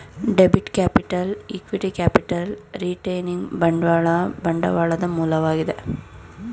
debit capital, equity capital, retaining ಬಂಡವಾಳ ಬಂಡವಾಳದ ಮೂಲಗಳಾಗಿವೆ